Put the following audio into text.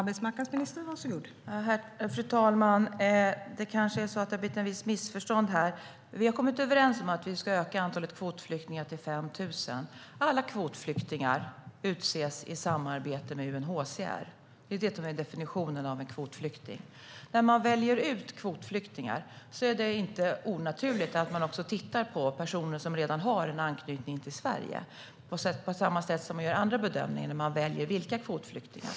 Fru talman! Det kanske har blivit ett visst missförstånd här. Vi har kommit överens om att vi ska öka antalet kvotflyktingar till 5 000. Alla kvotflyktingar utses i samarbete med UNHCR. Det är det som är definitionen av en kvotflykting. När man väljer ut kvotflyktingar är det inte onaturligt att man också tittar på personer som redan har en anknytning till Sverige, på samma sätt som man gör andra bedömningar när man väljer kvotflyktingar.